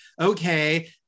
okay